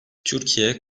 türkiye